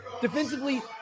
Defensively